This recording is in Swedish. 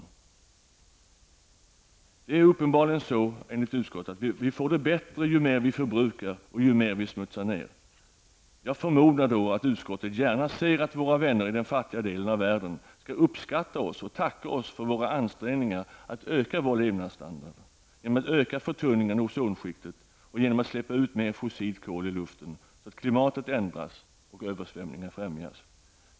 Enligt utskottet är det uppenbarligen på det sättet att vi får det bättre ju mer vi förbrukar och ju mer vi smutsar ner. Jag förmodar att utskottet gärna ser att våra vänner i den fattiga delen av världen uppskattar oss och tackar oss för våra ansträngningar att höja vår levnadsstandard genom att öka förtunningen av ozonskiktet och genom att släppa ut mer fossilt kol i luften, så att klimatet ändras och översvämningar främjas.